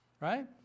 Right